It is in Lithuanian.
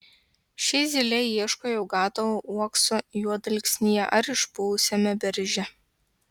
ši zylė ieško jau gatavo uokso juodalksnyje ar išpuvusiame berže